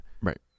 right